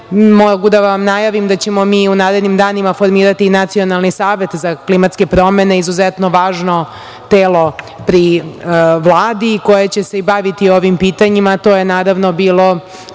da vam najavim da ćemo mi u narednim danima formirati i nacionalni savet za klimatske promene, izuzetno važno telo pri Vladi koje će se i baviti ovim pitanjem. To je, naravno, bilo